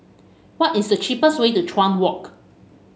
what is the cheapest way to Chuan Walk